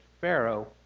Pharaoh